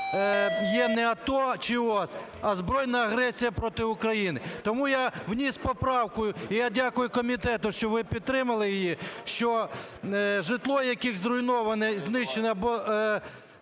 є не АТО чи ООС, а збройна агресія проти України? Тому я вніс поправку. І я дякую комітету, що ви підтримали її, що житло, яке зруйноване, знищене